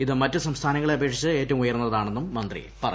ഇത് മറ്റ് സംസ്ഥാനങ്ങളെ അപേക്ഷിച്ച് ഏറ്റവും ഉന്നയർന്നതാണെന്നും മന്ത്രി പറഞ്ഞു